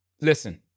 listen